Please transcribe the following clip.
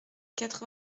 quatre